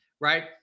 right